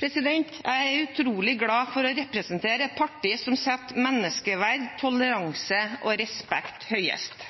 Jeg er utrolig glad for å representere et parti som setter menneskeverd, toleranse og respekt høyest.